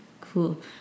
cool